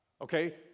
Okay